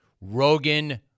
Rogan